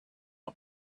not